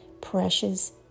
precious